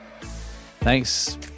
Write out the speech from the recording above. Thanks